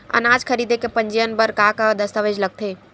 अनाज खरीदे के पंजीयन बर का का दस्तावेज लगथे?